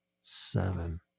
seven